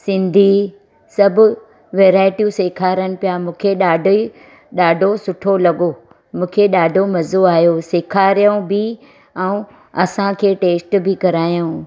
सिंधी सभु वैराइटियूं सेखारनि पिया मूंखे ॾाढी ॾाढो सुठो लॻो मूंखे ॾाढो मज़ो आयो सेखारियाऊं बि ऐं असांखे टेस्ट बि करायाऊं